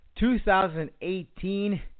2018